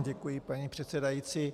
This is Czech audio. Děkuji, paní předsedající.